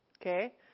Okay